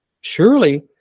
surely